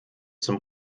zum